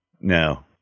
no